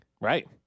Right